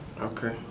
Okay